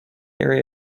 area